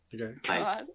okay